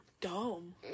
dumb